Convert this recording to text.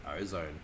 ozone